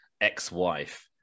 ex-wife